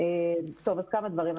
כמה דברים.